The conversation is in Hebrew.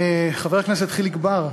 חבר הכנסת חיליק בר,